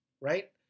Right